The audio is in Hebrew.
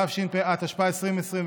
התשפ"א 2021,